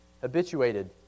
habituated